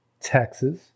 Texas